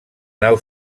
nau